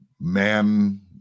Man